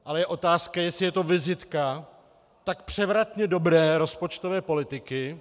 Ale je otázka, jestli je to vizitka tak převratně dobré rozpočtové politiky.